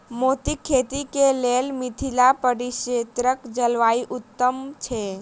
मोतीक खेती केँ लेल मिथिला परिक्षेत्रक जलवायु उत्तम छै?